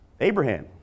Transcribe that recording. Abraham